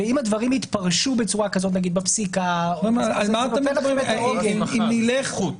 -- ואם הדברים יתפרשו בצורה כזאת בפסיקה -- אתם תביאו את הדיוק.